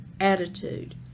attitude